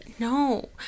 no